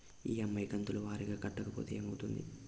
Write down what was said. EMI కంతుల వారీగా కట్టకపోతే ఏమవుతుంది?